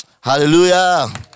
Hallelujah